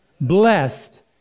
Blessed